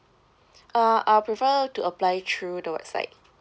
uh I'll prefer to apply through the website